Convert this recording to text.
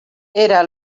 era